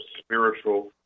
spiritual